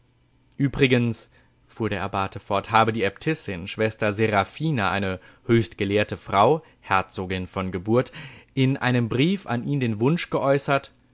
übrigens fuhr der abbate fort habe die äbtissin schwester seraphina eine höchst gelehrte frau herzogin von geburt in einem brief an ihn den wunsch geäußert